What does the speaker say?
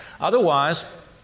Otherwise